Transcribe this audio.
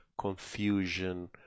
confusion